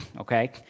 okay